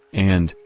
and,